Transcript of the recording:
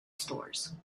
stores